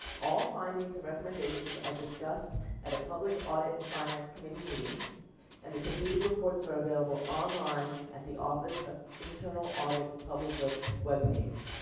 all findings and recommendations are discussed at a public audit and finance committee meeting and the completed reports are available online at the office of internal audits public web web page.